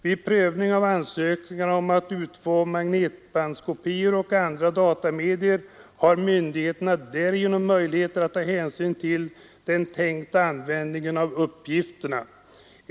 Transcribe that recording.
Vid prövningen av ansökningar om att utfå magnetbandkopior och andra datamedier har myndigheterna därigenom möjlighet att ta hänsyn till den tänkta användningen av uppgifterna.